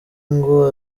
ngo